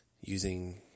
using